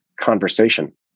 conversation